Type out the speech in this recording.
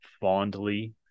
fondly